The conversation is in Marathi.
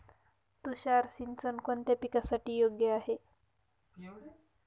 तुषार सिंचन कोणत्या पिकासाठी योग्य आहे?